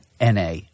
NA